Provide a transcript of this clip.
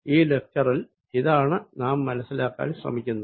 ഈ ലെക്ച്ചറിൽ ഇതാണ് നാം മനസ്സിലാക്കാൻ ശ്രമിക്കുന്നത്